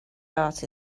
art